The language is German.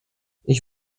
ich